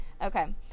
Okay